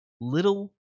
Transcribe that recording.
Little